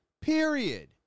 period